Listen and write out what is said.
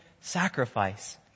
sacrifice